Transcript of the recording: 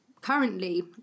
currently